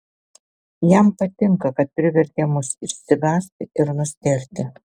jam patinka kad privertė mus išsigąsti ir nustėrti